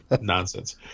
nonsense